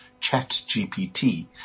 ChatGPT